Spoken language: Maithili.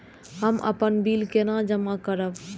हम अपन बिल केना जमा करब?